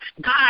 God